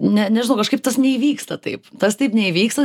ne nežinau kažkaip tas neįvyksta taip tas taip neįvyksta